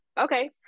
okay